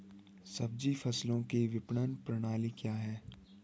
सब्जी फसलों की विपणन प्रणाली क्या है?